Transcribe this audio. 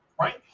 Right